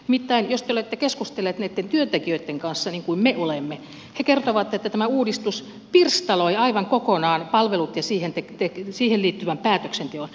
nimittäin jos te olette keskustelleet näitten työntekijöitten kanssa niin kuin me olemme he kertovat että tämä uudistus pirstaloi aivan kokonaan palvelut ja siihen liittyvän päätöksenteon